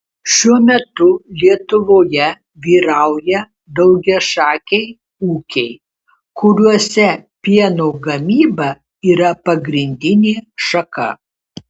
šiuo metu lietuvoje vyrauja daugiašakiai ūkiai kuriuose pieno gamyba yra pagrindinė šaka